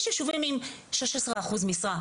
יש ישובים עם שש עשרה אחוז משרה.